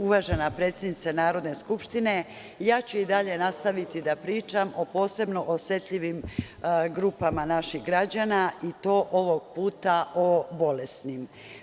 Uvažena predsednice Narodne skupštine, ja ću i dalje nastaviti da pričam o posebno osetljivim grupama naših građana, i to ovog puta, o bolesnim.